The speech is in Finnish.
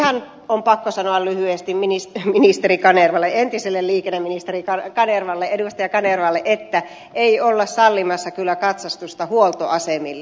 ihan on pakko sanoa lyhyesti entiselle liikenneministeri kanervalle että ei olla sallimassa kyllä katsastusta huoltoasemille